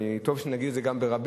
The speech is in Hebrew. וטוב שאני אגיד את זה גם ברבים,